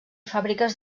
fàbriques